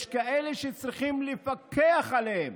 יש כאלה שצריכים לפקח עליהם